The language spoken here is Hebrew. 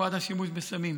בתופעת השימוש בסמים.